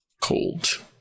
cold